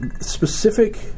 specific